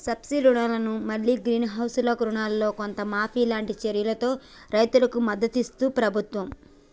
subsidy రుణాలను మల్లి greenhouse కు రుణాలల్లో కొంత మాఫీ లాంటి చర్యలతో రైతుకు మద్దతిస్తుంది ప్రభుత్వం